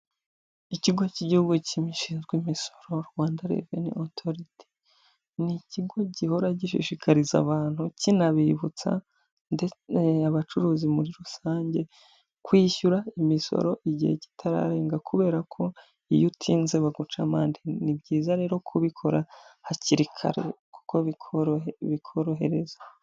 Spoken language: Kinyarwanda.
Ikigo cy'igihugu kishinzwe imisoro Rwanda revenue authority ni ikigo gihora gishishikariza abantu kinabibutsa ndetse abacuruzi muri rusange kwishyura imisoro igihe kitararenga kubera ko iyo utinze baguca amande ni byiza rero kubikora hakiri kare kuko bikorohereza.